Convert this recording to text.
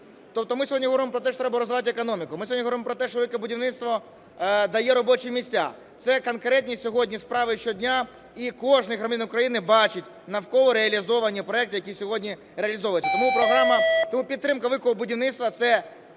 Тобто ми сьогодні говоримо про те, що треба розвивати економіку. Ми сьогодні говоримо про те, що "Велике будівництво" дає робочі місця. Це конкретні сьогодні справи щодня і кожний громадянин України бачить навколо реалізовані проекти, які сьогодні реалізовуються. Тому програма, тому підтримка "Великого будівництва" – це